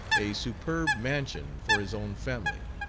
a superb mansion for his own family,